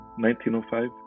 1905